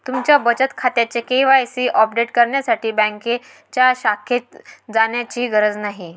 तुमच्या बचत खात्याचे के.वाय.सी अपडेट करण्यासाठी बँकेच्या शाखेत जाण्याचीही गरज नाही